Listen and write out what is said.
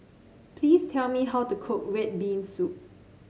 please tell me how to cook red bean soup